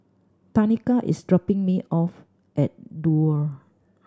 Tanika is dropping me off at Duo